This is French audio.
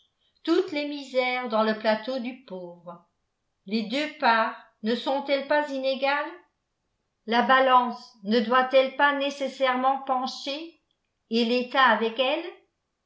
toutes les misères dans le plateau du pauvre les deux parts ne sont-elles pas inégales la balance ne doit-elle pas nécessairement pencher et l'état avec elle